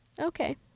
okay